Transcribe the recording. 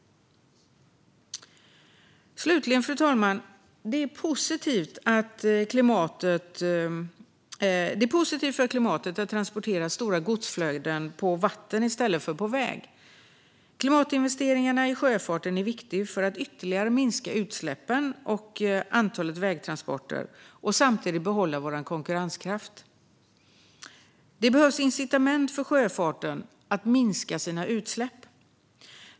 Slutligen, fru talman, är det positivt för klimatet att transportera stora godsflöden på vatten i stället för på väg. Klimatinvesteringar i sjöfarten är viktiga för att ytterligare minska utsläppen och antalet vägtransporter och samtidigt behålla vår konkurrenskraft. Det behövs incitament för sjöfarten att minska sina utsläpp.